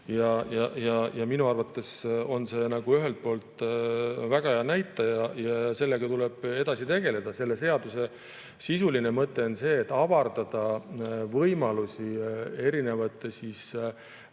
Minu arvates on see ühelt poolt väga hea näitaja ja sellega tuleb edasi tegeleda. Selle seaduse sisuline mõte on avardada võimalusi erinevate